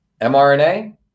mRNA